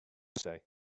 say